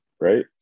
Right